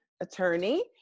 attorney